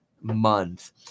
month